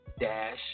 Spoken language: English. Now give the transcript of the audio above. dash